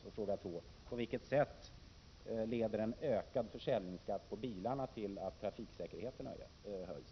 Och på vilket sätt leder en höjning av försäljningsskatt på bilar till att trafiksäkerheten ökar?